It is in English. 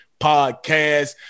Podcast